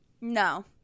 No